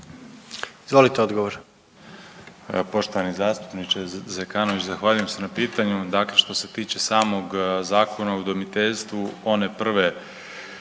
Izvolite odgovor.